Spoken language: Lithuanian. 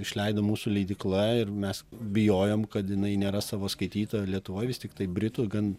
išleido mūsų leidykla ir mes bijojom kad jinai neras savo skaitytojo lietuvoj vis tiktai britų gan